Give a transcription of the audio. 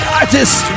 artist